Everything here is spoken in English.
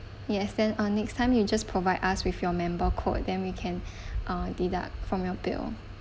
yes then uh next time you just provide us with your member code then we can uh deduct from your bill